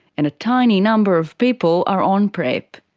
and a tiny number of people are on prep.